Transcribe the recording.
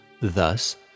Thus